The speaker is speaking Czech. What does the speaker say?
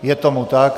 Je tomu tak.